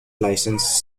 license